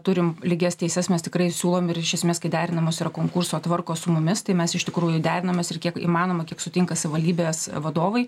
turim lygias teises mes tikrai siūlom ir iš esmės kai derinamos yra konkurso tvarkos su mumis tai mes iš tikrųjų derinamės ir kiek įmanoma kiek sutinka savivaldybės vadovai